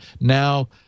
Now